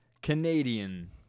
Canadian